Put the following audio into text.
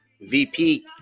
VP